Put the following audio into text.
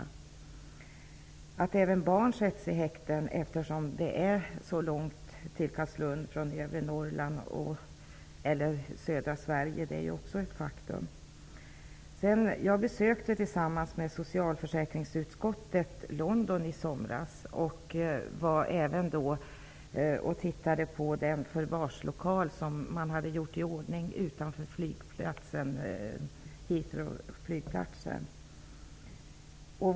Det är ett faktum att även barn sätts i häkten, eftersom det är så långt till Carlslund från övre Norrland eller södra Sverige. Jag besökte London i somras tillsammans med socialförsäkringsutskottet. Vi var då även och tittade på den förvarslokal som man hade gjort i ordning utanför flygplatsen Heathrow.